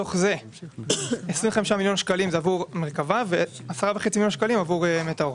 בתוך זה 25 מיליון שקלים זה עבור מרכבה ו-10.5 מיליון שקלים עבור מטאור.